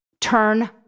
turn